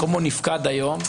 מקומו נפקד היום,